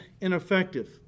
ineffective